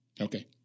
Okay